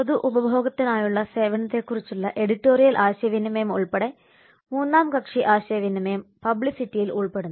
പൊതു ഉപഭോഗത്തിനായുള്ള സേവനത്തെക്കുറിച്ചുള്ള എഡിറ്റോറിയൽ ആശയവിനിമയം ഉൾപ്പെടെ മൂന്നാം കക്ഷി ആശയവിനിമയം പബ്ലിസിറ്റിയിൽ ഉൾപ്പെടുന്നു